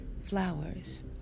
flowers